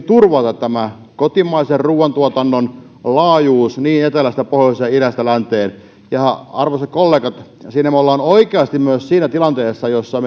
turvata tämän kotimaisen ruuantuotannon laajuus niin etelästä pohjoiseen kuin idästä länteen ja arvoisat kollegat siinä me olemme oikeasti myös siinä tilanteessa jossa